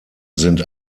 sind